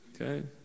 Okay